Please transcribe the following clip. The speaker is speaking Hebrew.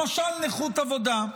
למשל נכות עבודה.